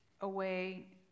away